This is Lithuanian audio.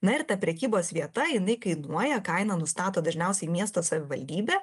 na ir ta prekybos vieta jinai kainuoja kainą nustato dažniausiai miesto savivaldybė